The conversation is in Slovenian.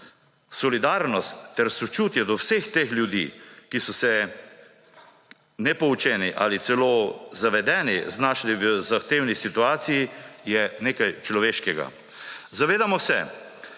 Solidarnost ter sočutje do vseh teh ljudi, ki so se nepoučeni ali celo zavedeni znašli v zahtevni situaciji, je nekaj človeškega. Zavedamo se,